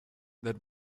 that